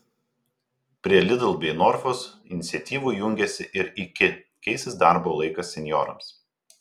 prie lidl bei norfos iniciatyvų jungiasi ir iki keisis darbo laikas senjorams